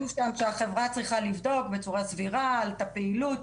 כתוב שם שהחברה צריכה לבדוק בצורה סבירה את הפעילות,